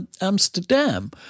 Amsterdam